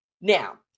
Now